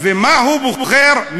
ומה הוא בוחר?